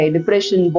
Depression